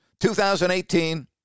2018